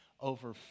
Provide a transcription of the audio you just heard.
over